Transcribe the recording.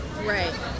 Right